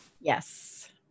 Yes